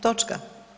Točka.